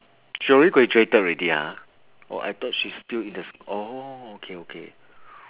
joey graduated already ah oh I thought she's still in the oh okay okay